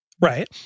Right